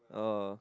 oh